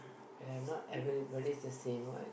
ya not everybody is the same what